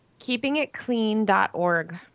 Keepingitclean.org